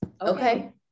Okay